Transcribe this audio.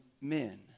men